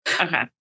okay